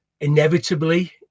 inevitably